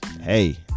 hey